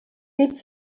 هیچ